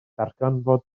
darganfod